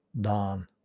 Don